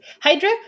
Hydra